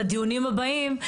לדיונים הבאים.